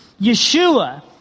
Yeshua